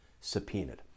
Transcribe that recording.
subpoenaed